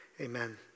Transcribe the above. amen